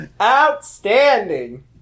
outstanding